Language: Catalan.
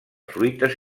fruites